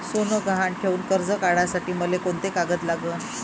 सोनं गहान ठेऊन कर्ज काढासाठी मले कोंते कागद लागन?